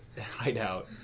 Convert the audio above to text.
hideout